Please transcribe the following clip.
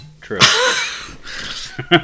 True